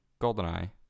Goldeneye